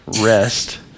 rest